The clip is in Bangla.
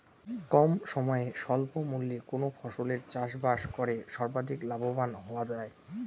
কম সময়ে স্বল্প মূল্যে কোন ফসলের চাষাবাদ করে সর্বাধিক লাভবান হওয়া য়ায়?